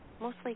mostly